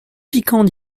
piquant